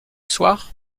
soir